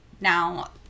now